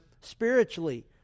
spiritually